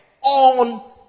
on